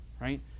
right